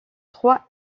trois